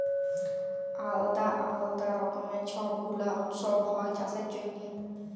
আলদা আলদা রকমের ছব গুলা উৎসব হ্যয় চাষের জনহে